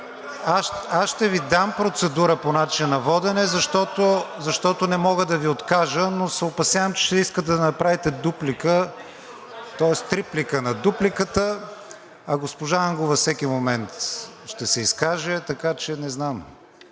Ще Ви дам процедура по начина на водене, защото не мога да Ви откажа, но се опасявам, че ще искате да направите дуплика, тоест реплика на дупликата, а госпожа Ангова всеки момент ще се изкаже, така че не знам.